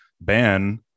ban